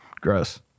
Gross